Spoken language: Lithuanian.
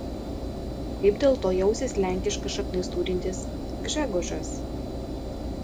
kaip dėl to jausis lenkiškas šaknis turintis gžegožas